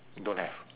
don't have